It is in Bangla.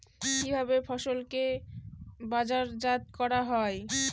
কিভাবে ফসলকে বাজারজাত করা হয়?